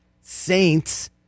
Saints